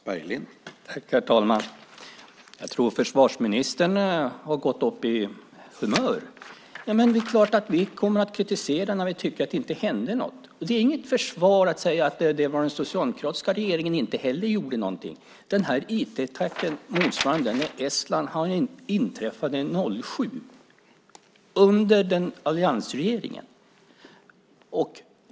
Herr talman! Jag tror att försvarsministern har gått upp i humör. Det är klart att vi kommer att kritisera när vi tycker att det inte händer något! Det är inget försvar att säga att den socialdemokratiska regeringen inte heller gjorde någonting. IT-attacken motsvarande den i Estland inträffade 2007 under alliansregeringens tid.